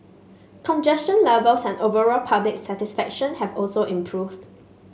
congestion levels and overall public satisfaction have also improved